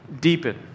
deepen